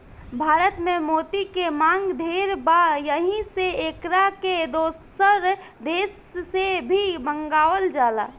भारत में मोती के मांग ढेर बा एही से एकरा के दोसर देश से भी मंगावल जाला